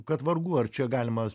kad vargu ar čia galima